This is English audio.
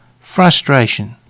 frustration